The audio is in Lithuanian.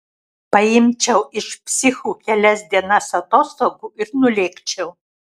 paimčiau iš psichų kelias dienas atostogų ir nulėkčiau